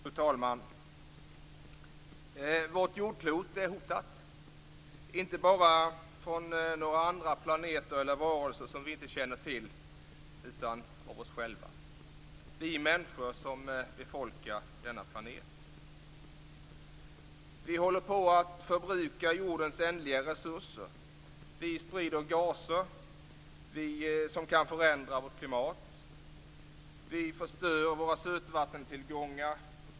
Fru talman! Vårt jordklot är hotat, inte från några andra planeter eller varelser som vi inte känner till utan av oss själva - vi människor som befolkar denna planet. Vi håller på att förbruka jordens ändliga resurser. Vi sprider gaser som kan förändra vårt klimat. Vi förstör våra sötvattentillgångar.